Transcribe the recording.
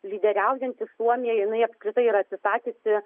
lyderiaujanti suomija jinai apskritai yra atsisakiusi